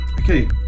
Okay